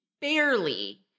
barely